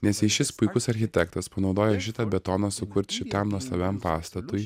nes jei šis puikus architektas panaudojo šitą betoną sukurti šitam nuostabiam pastatui